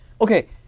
Okay